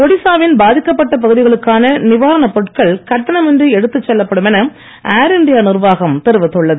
ஒடிசாவின் பாதிக்கப்பட்ட பகுதிகளுக்கான நிவாரண பொருட்கள் கட்டணமின்றி எடுத்துச் செல்லப்படும் என ஏர் இண்டியா நிர்வாகம் தெரிவித்துள்ளது